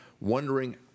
wondering